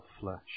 flesh